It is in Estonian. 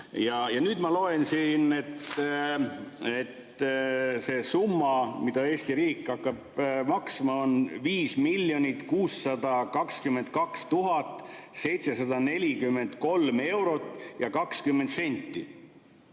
Ja nüüd ma loen siit, et see summa, mida Eesti riik hakkab maksma, on 5 622 743 eurot ja 20 senti.